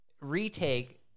retake